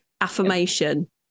affirmation